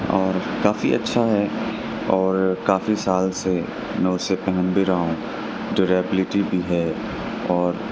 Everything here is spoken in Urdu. اور کافی اچھا ہے اور کافی سال سے میں اسے پہن بھی رہا ہوں جو ریپلٹی بھی ہے اور